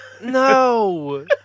No